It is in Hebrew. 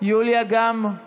גם יוליה בעד.